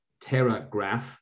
TerraGraph